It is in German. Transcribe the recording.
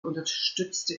unterstützte